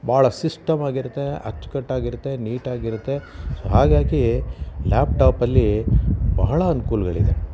ಭಾಳ ಸಿಸ್ಟಮಾಗಿರುತ್ತೆ ಅಚ್ಕಟ್ಟಾಗಿ ಇರುತ್ತೆ ನೀಟಾಗಿರುತ್ತೆ ಸೊ ಹಾಗಾಗಿ ಲ್ಯಾಪ್ ಟಾಪಲ್ಲಿ ಬಹಳ ಅನುಕೂಲ್ಗಳಿದೆ